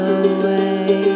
away